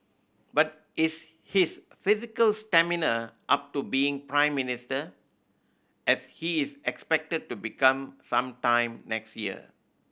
but is his physical stamina up to being Prime Minister as he is expected to become some time next year